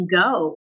go